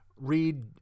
read